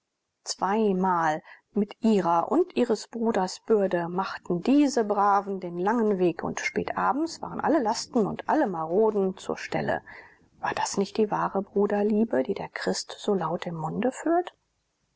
zweimal mit ihrer und ihres bruders bürde machten diese braven den langen weg und spät abends waren alle lasten und alle maroden zur stelle war das nicht die wahre bruderliebe die der christ so laut im munde führt